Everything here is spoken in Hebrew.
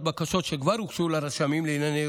בקשות שכבר הוגשו לרשמים לענייני ירושה,